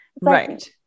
Right